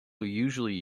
usually